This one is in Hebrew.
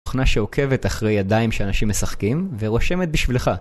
תוכנה שעוקבת אחרי ידיים שאנשים משחקים, ורושמת בשבילך.